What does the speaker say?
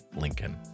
Lincoln